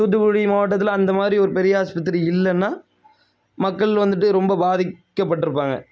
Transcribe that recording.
தூத்துக்குடி மாவட்டத்தில் அந்த மாதிரி ஒரு பெரிய ஆஸ்பத்திரி இல்லைனா மக்கள் வந்துட்டு ரொம்ப பாதிக்கப்பட்டிருப்பாங்க